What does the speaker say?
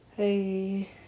Hey